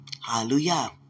Hallelujah